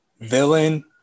villain